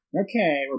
Okay